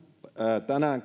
tänään